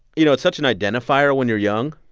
you know, it's such an identifier when you're young.